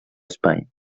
espai